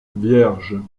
vierges